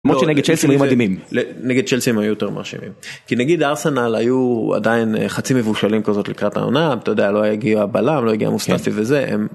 נגד שלסים היו יותר מרשימים, כי נגיד ארסנל היו עדיין חצי מבושלים כזאת לקראת העונה, לא הגיעה בלעם, לא הגיעה מוסטאפי וזה.